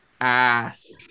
ass